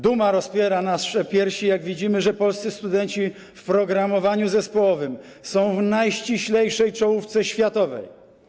Duma rozpiera nasze piersi, jak widzimy, że polscy studenci w programowaniu zespołowym są w najściślejszej czołówce światowej.